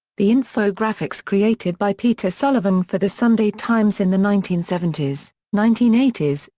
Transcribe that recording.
the infographics created by peter sullivan for the sunday times in the nineteen seventy s, nineteen eighty s,